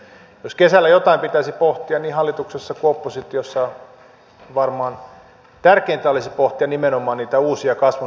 jos kesällä jotain pitäisi pohtia niin hallituksessa kuin oppositiossa varmaan tärkeintä olisi pohtia nimenomaan niitä uusia kasvun eväitä